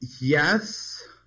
yes